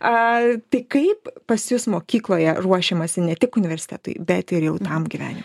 a tai kaip pas jus mokykloje ruošiamasi ne tik universitetui bet ir jaunam gyvenimui